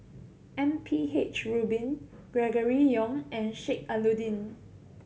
M P H Rubin Gregory Yong and Sheik Alau'ddin